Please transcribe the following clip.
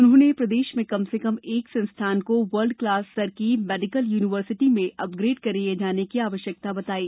उन्होंने प्रदेश में कम से कम एक वर्ल्ड क्लास स्तर की मेडिकल यूनिवर्सिटी में अपग्रेड किये जाने की आवश्यकता बतायी